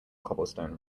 cobblestone